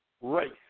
race